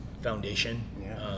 foundation